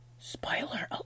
Spoiler